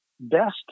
best